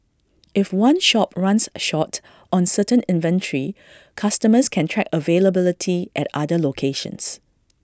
if one shop runs short on certain inventory customers can track availability at other locations